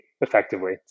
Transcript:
effectively